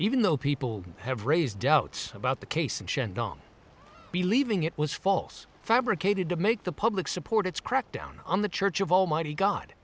even though people have raised doubts about the case and chandon believing it was false fabricated to make the public support its crackdown on the church of almighty god